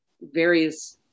various